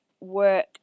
work